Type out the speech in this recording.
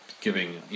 giving